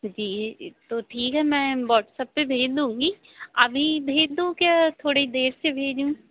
जी तो ठीक है मैं वाट्सअप पर भेज दूँगी अभी भेज दूँ क्या थोड़ी देर से भेजूँ